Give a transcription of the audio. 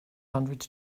hundred